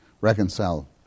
reconcile